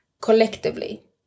collectively